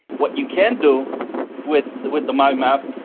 what you can do with with the mind map,